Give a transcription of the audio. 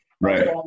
right